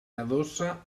adossa